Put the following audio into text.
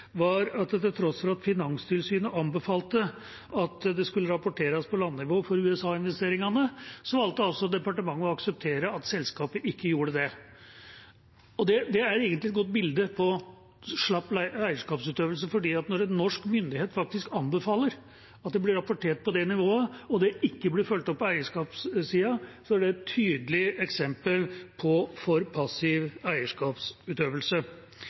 landnivå for USA-investeringene, valgte altså departementet å akseptere at selskapet ikke gjorde det. Det er egentlig et godt bilde på slapp eierskapsutøvelse, for når en norsk myndighet faktisk anbefaler at det blir rapportert på det nivået og det ikke blir fulgt opp på eierskapssida, er det et tydelig eksempel på for passiv eierskapsutøvelse.